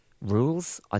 rules